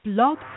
Blog